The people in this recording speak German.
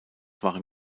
waren